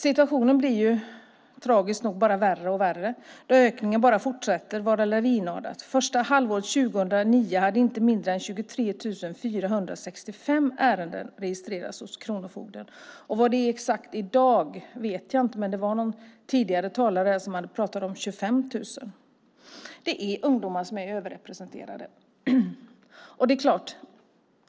Situationen blir tragiskt nog bara värre och värre då ökningen fortsätter lavinartat. Första halvåret 2009 hade inte mindre än 23 465 ärenden registrerats hos kronofogden. Vad det exakta antalet är i dag vet jag inte, men någon tidigare talare här pratade om 25 000. Ungdomar är överrepresenterade.